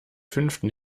fünften